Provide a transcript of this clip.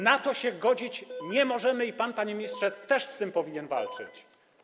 Na to się godzić nie możemy i pan, panie ministrze, też z tym powinien walczyć.